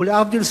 ולהבדיל,